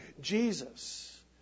Jesus